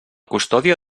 custòdia